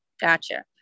Gotcha